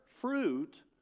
fruit